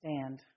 stand